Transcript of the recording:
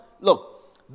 look